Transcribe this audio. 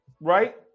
right